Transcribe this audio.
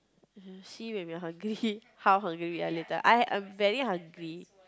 see when you are hungry how hungry you are later I am very hungry